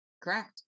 Correct